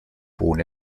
pone